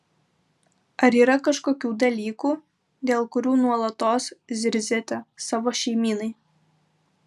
ar yra kažkokių dalykų dėl kurių nuolatos zirziate savo šeimynai